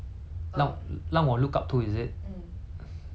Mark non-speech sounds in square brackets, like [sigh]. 没有 lor 就是 like 我觉得 [noise]